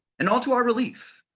and all to our relief.